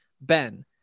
Ben